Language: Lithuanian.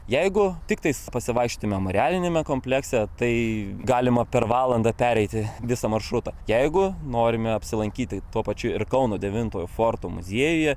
jeigu tiktais pasivaikščioti memorialiniame komplekse tai galima per valandą pereiti visą maršrutą jeigu norime apsilankyt tai tuo pačiu ir kauno devintojo forto muziejuje